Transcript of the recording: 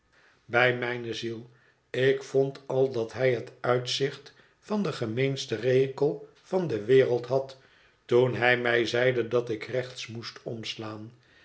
bij mijne ziel ik vond al dat hij het uitzicht van den gemeensten rekel van de wereld had toen hij mij zeide dat ik rechts moest omslaan